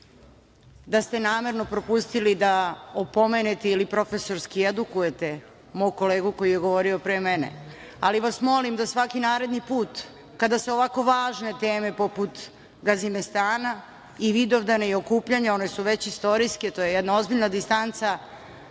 da ste namerno propustili da opomenete ili profesorski edukujete mog kolegu koji je govorio pre mene, ali vas molim da svaki naredni put kada se ovako važne teme poput Gazimestana i Vidovdana i okupljanja, one su već istorijske, to jedna ozbiljna distanca,